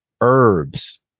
herbs